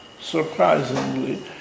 surprisingly